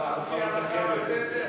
ככה מופיע לכם בסדר?